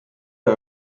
der